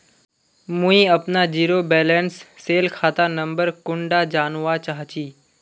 मुई अपना zero balance सेल खाता नंबर कुंडा जानवा चाहची?